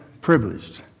privileged